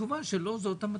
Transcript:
והתשובה היא לא, זאת לא המטרה.